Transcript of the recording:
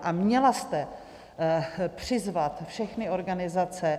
A měla jste přizvat všechny organizace.